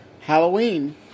Halloween